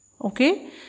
Okay